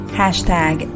hashtag